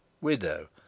widow